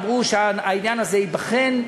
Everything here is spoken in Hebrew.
אמרו שהעניין הזה ייבחן,